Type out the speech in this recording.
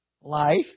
life